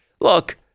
look